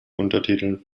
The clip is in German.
untertiteln